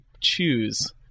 choose